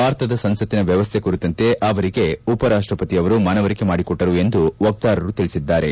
ಭಾರತದ ಸಂಸತ್ತಿನ ವ್ಯವಸ್ಥೆ ಕುರಿತಂತೆ ಅವರಿಗೆ ಉಪರಾಷ್ಟಪತಿ ಅವರು ಮನವರಿಕೆ ಮಾಡಿಕೊಟ್ಲರು ಎಂದು ವಕ್ತಾರರು ತಿಳಿಸಿದ್ದಾರೆ